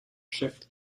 shift